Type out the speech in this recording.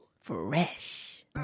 Fresh